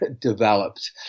developed